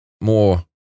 more